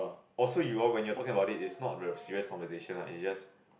oh so you all when you are talking about it it's not a serious conversation lah it's just